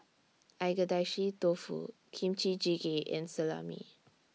Agedashi Dofu Kimchi Jjigae and Salami